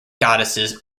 goddesses